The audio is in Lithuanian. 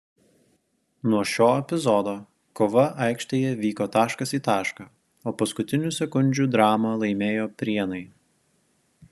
nuo šio epizodo kova aikštėje vyko taškas į tašką o paskutinių sekundžių dramą laimėjo prienai